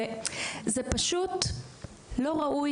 זה פשוט לא ראוי.